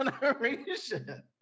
generation